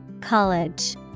College